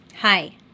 Hi